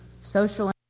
social